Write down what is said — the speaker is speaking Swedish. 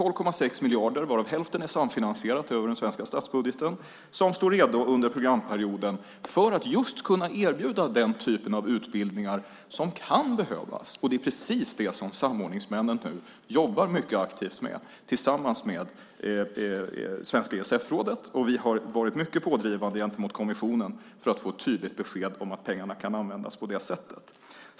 12,6 miljarder, varav hälften är samfinansierat över den svenska statsbudgeten, står redo under programperioden för att just kunna erbjuda den typ av utbildningar som kan behövas. Det är precis det som samordningsmännen jobbar mycket aktivt med tillsammans med svenska ESF-rådet. Vi har varit mycket pådrivande gentemot kommissionen för att få tydligt besked om att pengarna kan användas på det sättet.